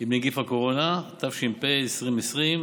עם נגיף הקורונה), התש"ף 2020,